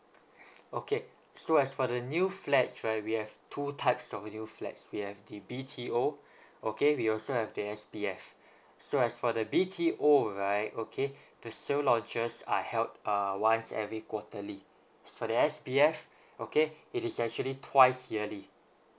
okay so as for the new flats right we have two types of new flats we have the B_T_O okay we also have the S_B_F so as for the B_T_O right okay the sale launches are held uh once every quarterly so the S_B_F okay it is actually twice yearly